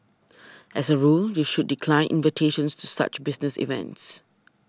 as a rule you should decline invitations to such business events